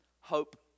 Hope